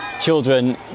children